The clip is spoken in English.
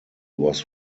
was